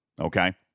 okay